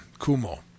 Kumo